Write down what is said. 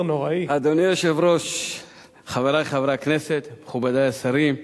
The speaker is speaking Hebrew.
בקריאה הראשונה ותועבר להכנה לקריאה שנייה ושלישית בוועדת החוקה,